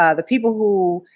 ah the people who